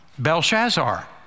Belshazzar